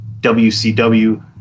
WCW